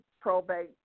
probate